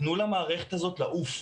תנו למערכת הזאת לעוף.